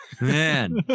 Man